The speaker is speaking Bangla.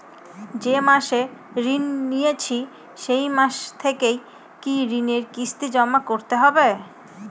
যে মাসে ঋণ নিয়েছি সেই মাস থেকেই কি ঋণের কিস্তি জমা করতে হবে?